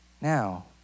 now